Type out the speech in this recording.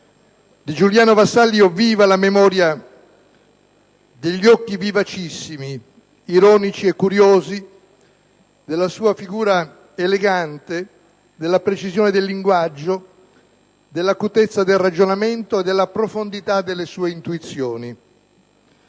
Di Giuliano Vassalli ho viva la memoria degli occhi vivacissimi, ironici e curiosi, della figura elegante, della precisione del linguaggio, dell'acutezza del ragionamento e della profondità delle intuizioni.